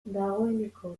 dagoeneko